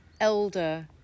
elder